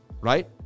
right